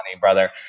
brother